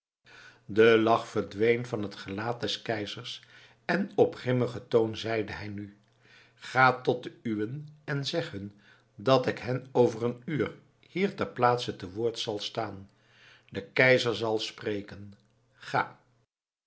de lach verdween van het gelaat des keizers en op grimmigen toon zeide hij nu ga tot de uwen en zeg hun dat ik hen over een uur hier ter plaatse te woord zal staan de keizer zàl spreken ga